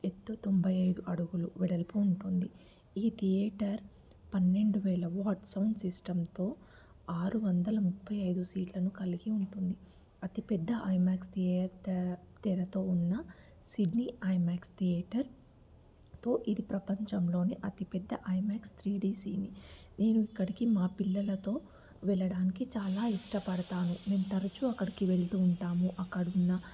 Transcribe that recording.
ఎత్తు తొంభై ఐదు అడుగులు వెడల్పు ఉంటుంది ఈ థియేటర్ పన్నెండు వేల వాట్ సౌండ్ సిస్టంతో ఆరు వందల ముప్పై ఐదు సీట్లను కలిగి ఉంటుంది అతి పెద్ద ఐమ్యాక్స్ థియేటర్ తెరతో ఉన్న సినీ ఐమ్యాక్స్ థియేటర్తో ఇది ప్రపంచంలోనే అతిపెద్ద ఐమ్యాక్స్ త్రీ డీ సినీ నేను ఇక్కడికి మా పిల్లలతో వెళ్ళడానికి చాలా ఇష్టపడతాను మేము తరచుగా అక్కడికి వెళుతూ ఉంటాము అక్కడున్న